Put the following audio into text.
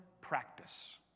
practice